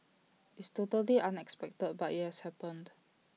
it's totally unexpected but IT has happened